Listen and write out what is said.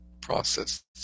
processed